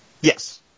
Yes